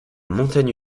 montaigne